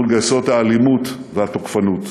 מול גיסות האלימות והתוקפנות.